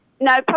No